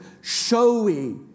showy